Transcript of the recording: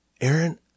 Aaron